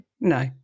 No